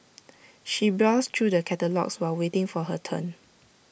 she browsed through the catalogues while waiting for her turn